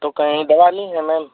तो कहीं दवा ली हैं मैम